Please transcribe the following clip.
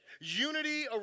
Unity